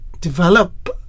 develop